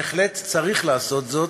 בהחלט צריך לעשות זאת,